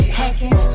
hacking